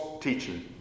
teaching